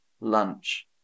lunch